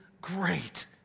great